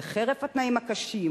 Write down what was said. וחרף התנאים הקשים,